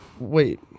Wait